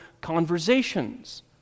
conversations